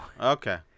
Okay